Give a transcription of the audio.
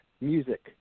music